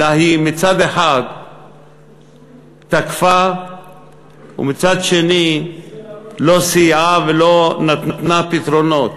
אלא היא מצד אחד תקפה ומצד שני לא סייעה ולא נתנה פתרונות.